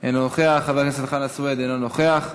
אינו נוכח, חבר הכנסת חנא סוייד, אינו נוכח,